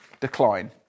decline